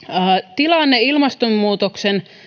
tilanne ilmastonmuutoksen